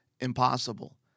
impossible